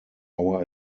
our